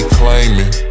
claiming